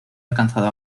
alcanzado